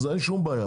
אין שום בעיה,